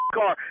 car